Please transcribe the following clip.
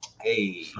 Hey